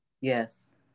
Yes